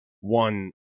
one